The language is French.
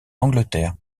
angleterre